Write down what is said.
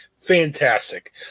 Fantastic